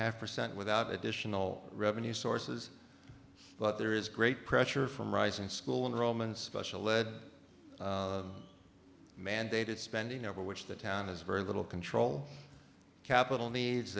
half percent without additional revenue sources but there is great pressure from rising school enrollment special led mandated spending over which the town has very little control capital needs